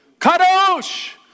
Kadosh